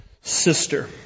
sister